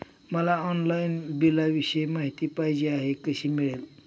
मला ऑनलाईन बिलाविषयी माहिती पाहिजे आहे, कशी मिळेल?